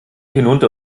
hinunter